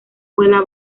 vuela